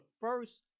first